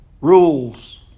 rules